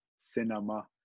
Cinema